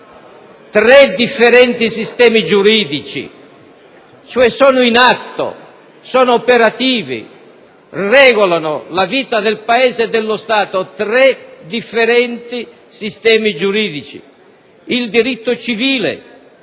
tre differenti sistemi giuridici, cioè sono in atto, sono operativi, regolano la vita del Paese e dello Stato, tre differenti sistemi giuridici: il diritto civile